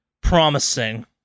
promising